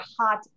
hot